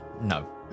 no